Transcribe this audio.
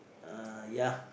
uh ya